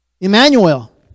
Emmanuel